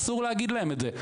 אסור להגיד להם את זה.